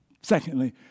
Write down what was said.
Secondly